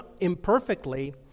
imperfectly